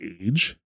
age